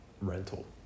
rental